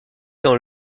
dans